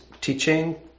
teaching